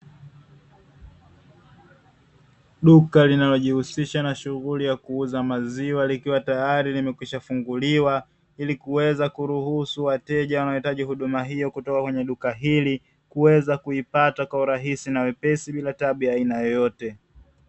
Duka linalojihusisha na shughuli ya kuuza maziwa likiwa tayari limekwisha funguliwa, ili kuweza kuruhusu wateja wanaohitaji kupata huduma hii kutoka kwenye duka hili, kuweza kuipata kwa urahisi na wepesi bila tabu yoyote.